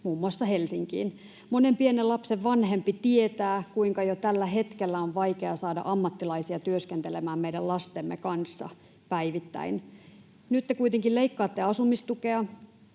muun muassa Helsinkiin. Monen pienen lapsen vanhempi tietää, kuinka jo tällä hetkellä on vaikea saada ammattilaisia työskentelemään meidän lastemme kanssa päivittäin. Nyt te kuitenkin leikkaatte asumistukea,